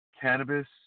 cannabis